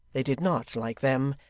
they did not, like them,